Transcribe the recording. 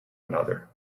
another